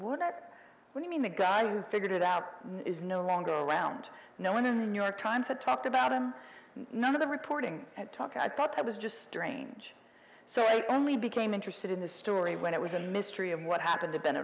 like what are we mean the guy who figured it out is no longer around no one in new york times had talked about him none of the reporting and talking i thought i was just strange so i only became interested in the story when it was a mystery of what happened to b